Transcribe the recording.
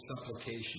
supplication